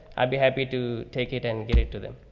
i'd be happy to take it and get it to them.